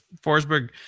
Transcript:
Forsberg